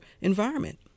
environment